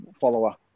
follower